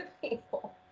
people